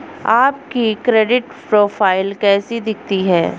आपकी credit profile कैसी दिखती है?